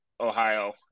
Ohio